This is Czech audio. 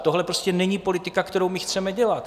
Tohle prostě není politika, kterou my chceme dělat.